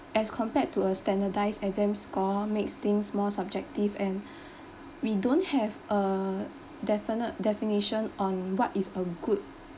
as compared to a standardize exams score makes things more subjective and we don't have a definite definition on what is a good